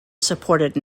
supported